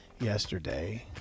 yesterday